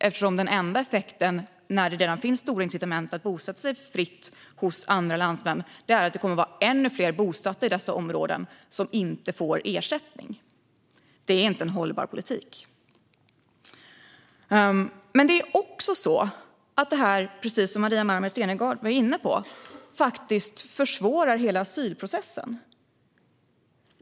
Den enda effekten, när det redan finns stora incitament att bosätta sig fritt hos andra landsmän, är ju att det kommer att vara ännu fler bosatta i dessa områden som inte får ersättning. Det är inte en hållbar politik. Det är också så att detta, precis som Maria Malmer Stenergard var inne på, faktiskt försvårar hela asylprocessen.